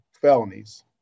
felonies